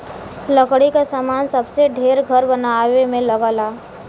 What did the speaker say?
लकड़ी क सामान सबसे ढेर घर बनवाए में लगला